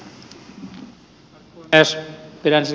arvoisa puhemies